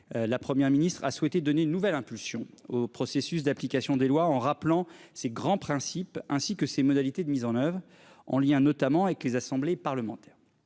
la Première ministre a souhaité donner une nouvelle impulsion au processus d'application des lois en rappelant ses grands principes, ainsi que ses modalités de mise en oeuvre en lien notamment avec les assemblées parlementaires.